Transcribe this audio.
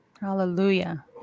Hallelujah